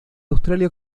australia